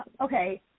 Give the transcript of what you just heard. okay